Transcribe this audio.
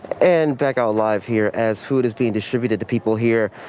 and back um alive here as food is being distributed to people here.